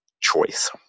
choice